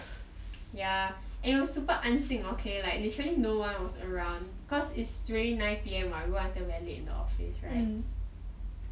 ya and it was super 安静 okay like literally no one was around cause it's already nine P_M [what] we work until very late in the office right